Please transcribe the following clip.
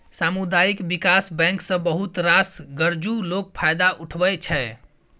सामुदायिक बिकास बैंक सँ बहुत रास गरजु लोक फायदा उठबै छै